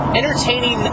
entertaining